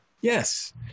Yes